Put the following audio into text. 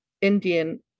Indian